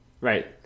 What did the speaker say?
Right